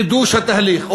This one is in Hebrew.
חידוש התהליך,